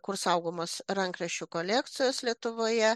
kur saugomos rankraščių kolekcijos lietuvoje